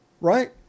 Right